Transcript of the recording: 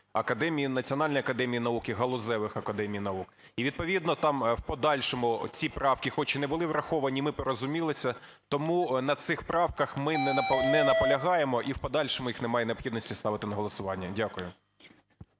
академії, Національної академії наук і галузевих академій наук. І відповідно там в подальшому ці правки хоч і не були враховані, ми порозумілися, тому на цих правках ми не наполягаємо і в подальшому їх немає необхідності ставити на голосування. Дякую.